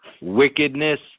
wickedness